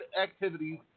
activities